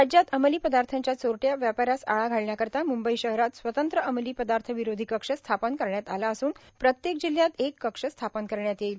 राज्यात अंमली पदार्थांच्या चोरट्या व्यापारास आळा घालण्याकरीता मुंबई शहरात स्वतंत्र अंमली पदार्थ विरोधी कक्ष स्थापन करण्यात आला असून प्रत्येक जिल्ह्यात एक कक्ष स्थापन करण्यात येईल